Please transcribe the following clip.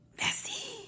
Messy